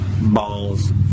balls